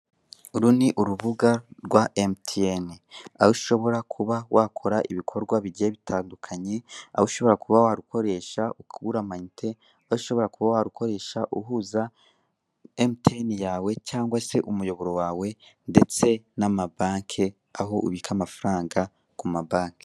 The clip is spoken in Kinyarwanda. Uru ni urubuga rwa emutiyene, aho ushobora kuba wakora ibikorwa bigiye batandukanye, aho ushobora warukoresha ugura amayinite, aho ushobora kuba warukoresha uhuza emutiyene yawe cyangwa se umuyoboro wawe ndetse nama bake aho ubika amafaranga kuma bake.